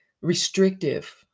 restrictive